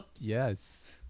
Yes